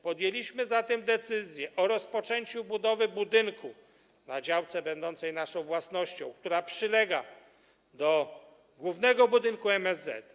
Podjęliśmy zatem decyzję o rozpoczęciu budowy budynku na działce będącej naszą własnością, która przylega do głównego budynku MSZ.